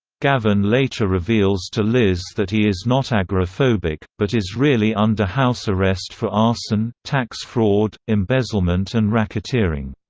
gavin later reveals to liz that he is not agoraphobic, but is really under house arrest for arson, tax fraud, embezzlement and racketeering.